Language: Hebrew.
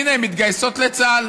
הינה, הן מתגייסות לצה"ל.